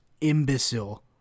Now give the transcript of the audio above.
imbecile